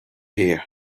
here